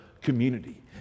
community